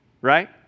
right